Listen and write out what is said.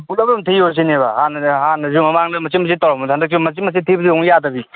ꯄꯨꯂꯞ ꯑꯗꯨꯝ ꯊꯤꯌꯣ ꯁꯤꯅꯦꯕ ꯍꯥꯟꯅꯁꯨ ꯃꯃꯥꯡꯗ ꯃꯆꯤꯠ ꯃꯆꯤꯠ ꯇꯧꯔꯝꯕꯗꯣ ꯍꯟꯗꯛꯁꯨ ꯃꯆꯤꯠ ꯃꯆꯤꯠ ꯊꯤꯕꯁꯨ ꯑꯃꯨꯛ ꯌꯥꯗꯕꯤ